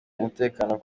umutekano